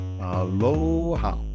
Aloha